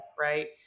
right